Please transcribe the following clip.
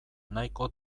nahiko